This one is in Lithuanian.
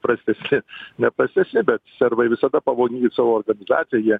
prastesni ne prastesni bet serbai visada pavojingi savo organizacija jie